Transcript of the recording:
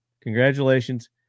congratulations